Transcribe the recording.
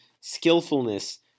skillfulness